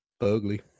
Ugly